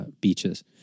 beaches